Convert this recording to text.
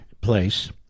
place